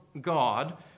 God